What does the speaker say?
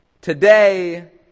Today